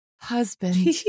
Husband